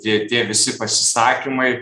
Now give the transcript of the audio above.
tie tie visi pasisakymai